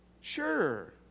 Sure